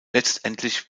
letztendlich